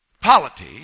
polity